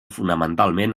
fonamentalment